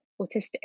autistic